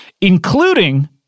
including